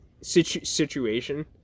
situation